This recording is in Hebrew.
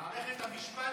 מערכת המשפט